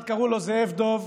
אחד קראו לו זאב דב